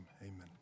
Amen